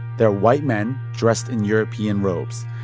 they're white men dressed in european robes.